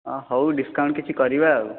ଅ ହଉ ଡିସକାଉଣ୍ଟ କିଛି କରିବା ଆଉ